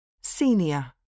Senior